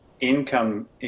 income